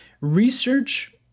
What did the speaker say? research